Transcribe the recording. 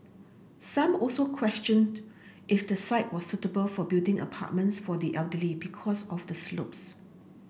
some also questioned if the site was suitable for building apartments for the elderly because of the slopes